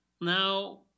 Now